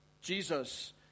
Jesus